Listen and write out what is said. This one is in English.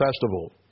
festival